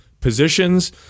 positions